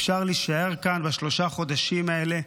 אפשר להישאר כאן בשלושה חודשים האלה.